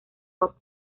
pop